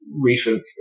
recent